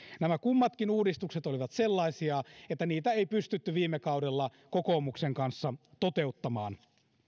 nämä kummatkin uudistukset olivat sellaisia että niitä ei pystytty viime kaudella kokoomuksen kanssa toteuttamaan